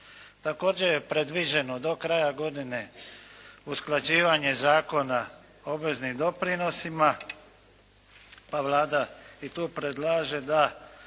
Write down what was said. Također je predviđeno do kraja godine usklađivanje Zakona o obveznim doprinosima, pa Vlada i tu predlaže da